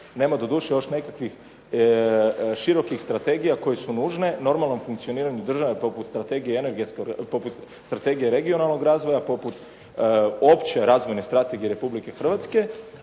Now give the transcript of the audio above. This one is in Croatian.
nema doduše još nekakvih širokih strategija koje su nužne. Normalno funkcioniranje države poput Strategije regionalnog razvoja poput Opće razvojne strategije Republike Hrvatske,